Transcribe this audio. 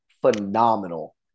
phenomenal